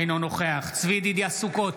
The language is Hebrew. אינו נוכח צבי ידידיה סוכות,